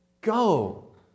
go